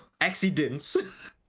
accidents